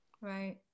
Right